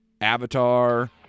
Avatar